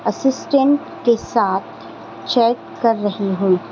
assistant کے ساتھ chat کر رہی ہوں